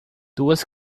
duas